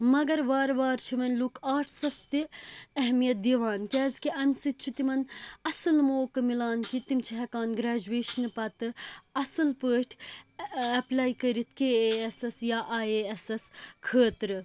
مَگَر وارٕ وارٕ چھِ وۅنۍ لوٗکھ آرٹَسَس تہِ أہمِیَت دِوان کیٛازِ کہِ اَمہِ سٍتۍ چھِ تِمَن اَصٕل موکہٕ میلان کہِ تِم چھ ہیٚکان گریجویشَن پَتہٕ اَصٕل پٲٹھۍ ایپلے کٔرِتھ کے اے ایسَس یا آے اے اِیسَس خٲطرٕ